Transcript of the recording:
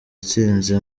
atsinze